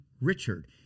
Richard